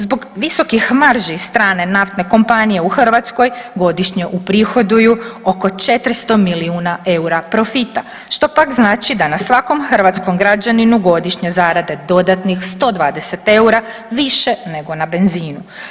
Zbog visokih marži strane naftne kompanije u Hrvatskoj, godišnje uprihoduju oko 400 milijuna eura profita, što pak znači da na svakom hrvatskom građaninu godišnje zarade dodatnih 120 eura više nego na benzinu.